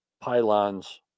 pylons